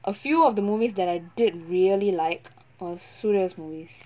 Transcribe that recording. a few of the movies that I did really like are soorya's movies